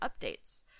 updates